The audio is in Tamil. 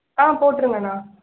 ஆ போட்டிருங்கண்ணா